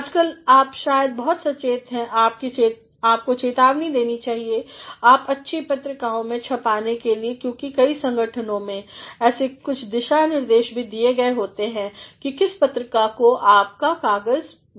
आजकल आप शायद बहुत सचेत हैं और आपको चेतावनी देनी चाहिए कि आप अच्छी पत्रिकाओं में छपाने जा रहे हैं क्योंकि कई संगठनों में ऐसे कुछ दिशानिर्देशभी दिए गए हैं कि किस पत्रिका को आपको अपना कागज़ भेजना चाहिए